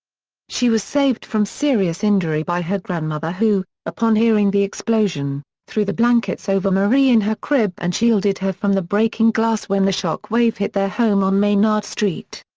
she was saved from serious injury by her grandmother who, upon hearing the explosion, threw the blankets over marie in her crib and shielded her from the breaking glass when the shockwave hit their home on maynard street.